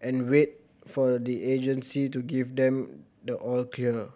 and wait for the agency to give them the all clear